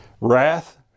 wrath